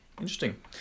Interesting